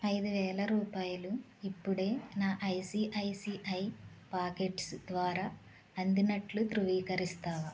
ఐదు వేల రూపాయలు ఇప్పుడే నా ఐసిఐసిఐ పాకెట్స్ ద్వారా అందినట్లు ధృవీకరిస్తావా